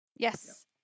Yes